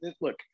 look